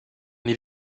dans